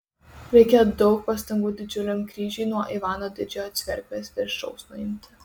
reikėjo daug pastangų didžiuliam kryžiui nuo ivano didžiojo cerkvės viršaus nuimti